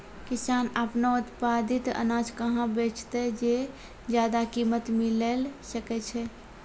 किसान आपनो उत्पादित अनाज कहाँ बेचतै जे ज्यादा कीमत मिलैल सकै छै?